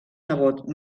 nebot